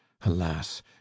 alas